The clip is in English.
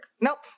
Nope